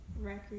record